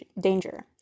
danger